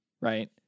right